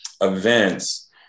events